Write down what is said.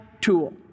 tool